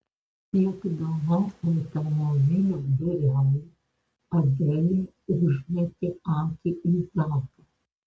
siekdama automobilio durelių adelė užmetė akį į zaką